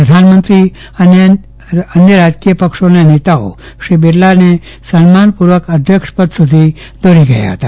પ્રધાનમંત્રી અને અન્ય રાજકીય પક્ષેના નેતાઓ શ્રી બિરલાને સન્માનપૂર્વક અધ્યક્ષપદ સુધી દોરી ગયા હતા